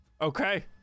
Okay